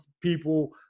people